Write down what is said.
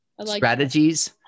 strategies